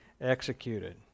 executed